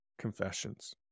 Confessions